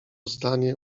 zdanie